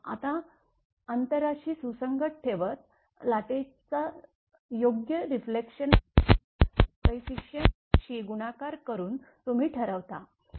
आता अंतराशी सुसंगती ठेवत लाटेचा योग्य रिफ्लेक्शन फॅक्टर कोइफिसिएंट शी गुणाकार करून तुम्ही ठरवता